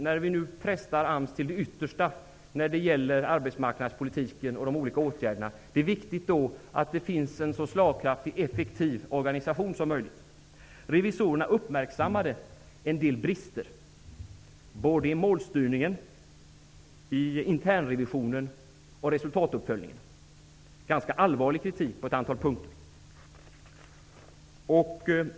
När vi nu pressar AMS till det yttersta när det gäller arbetsmarknadspolitiken och de olika åtgärderna är det viktigt att det finns en så effektiv och slagkraftig organisation som möjligt. Revisorerna uppmärksammade en del brister, såväl i målstyrningen som i internrevisionen och i resultatuppföljningen. Det var ganska allvarlig kritik på ett antal punkter.